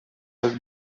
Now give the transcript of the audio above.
как